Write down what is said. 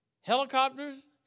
helicopters